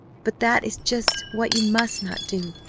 but that is just what you must not do.